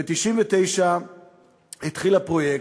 ב-1999 התחיל הפרויקט,